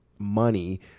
money